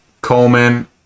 Coleman